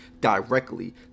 directly